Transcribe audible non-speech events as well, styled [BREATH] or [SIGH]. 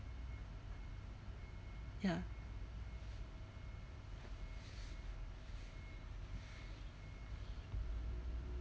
ya [BREATH]